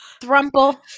Thrumple